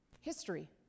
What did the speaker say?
history